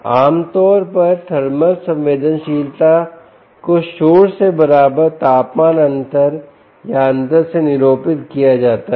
आम तौर पर थर्मल संवेदनशीलता को शोर से बराबर तापमान अंतर या अंतर से निरूपित किया जाता है